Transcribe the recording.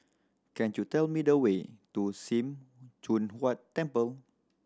can you tell me the way to Sim Choon Huat Temple